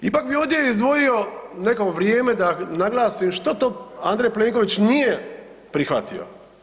Ipak bi ovdje izdvojio neko vrijeme da naglasim što to Andrej Plenković nije prihvatio?